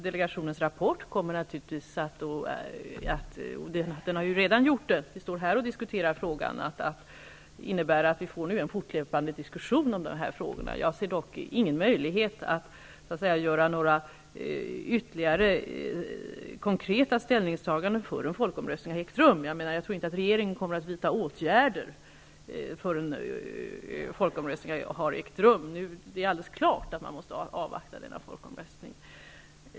Delegationens rapport kommer säkert att innebära att vi får en fortlöpande diskussion i de här frågorna. Nu står vi ju här och diskuterar. Jag ser dock ingen möjlighet att göra några ytterligare konkreta ställningstaganden, innan folkomröstningen har ägt rum. Regeringen kommer nog inte att vidta några åtgärder förrän folkomröstningen har skett. Det är alldeles klart att man måste avvakta folkomröstningen.